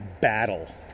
battle